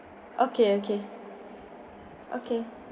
okay okay okay